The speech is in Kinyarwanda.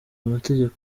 amategeko